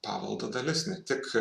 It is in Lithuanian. paveldo dalis ne tik